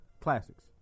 classics